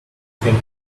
thing